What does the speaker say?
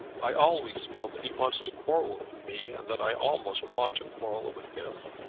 i always feel that he wants to quarrel with me, and that i almost want to quarrel with him.